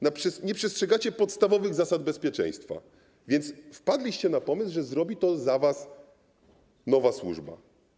Nie przestrzegacie podstawowych zasad bezpieczeństwa, więc wpadliście na pomysł, że zrobi to za was nowa służba.